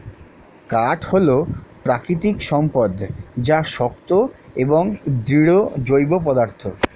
কাঠ হল প্রাকৃতিক সম্পদ যা শক্ত এবং দৃঢ় জৈব পদার্থ